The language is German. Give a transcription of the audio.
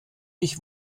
ich